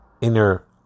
inner